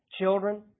Children